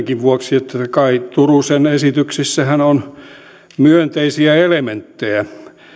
vuoksi että kaj turusen esityksissähän on myönteisiä elementtejä